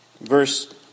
Verse